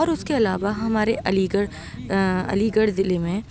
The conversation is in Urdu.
اور اُس کے علاوہ ہمارے علی گڑھ علی گڑھ ضلعے میں